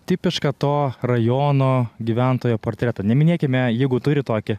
tipišką to rajono gyventojo portretą neminėkime jeigu turi tokį